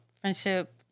friendship